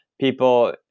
people